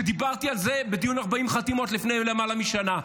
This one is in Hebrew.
כשדיברתי על זה בדיון 40 חתימות לפני למעלה משנה?